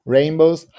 Rainbows